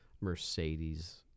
Mercedes